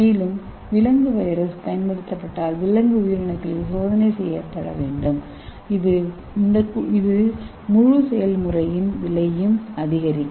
மேலும் விலங்கு வைரஸ்கள் பயன்படுத்தப்பட்டால் விலங்கு உயிரணுக்களில் சோதனை செய்யப்பட வேண்டும் இது முழு செயல்முறையின் விலையையும் அதிகரிக்கும்